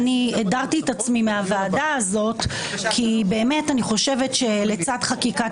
שאני הדרתי את עצמי מהוועדה הזאת כי באמת אני חושבת שלצד חקיקת